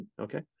okay